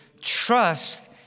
trust